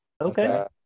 Okay